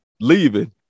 leaving